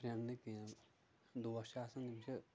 friend نہٕ کینٛہہ دوس چھِ آسان یِم چھِ